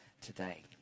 today